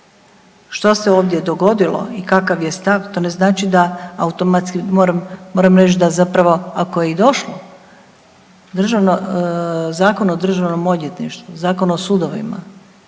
Što se ovdje dogodilo i kakav je stav, to ne znači da automatski moram reći da zapravo, ako je i došlo, državno, Zakon o Državnom odvjetništvu, zakon o sudovima,